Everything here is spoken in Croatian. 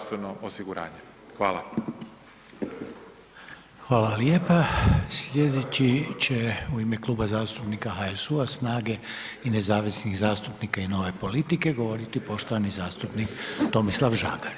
Sljedeći će u ime Kluba zastupnika HSU-SNAGA-nezavisnih zastupnika i Nove politike govoriti poštovani zastupnik Tomislav Žagar.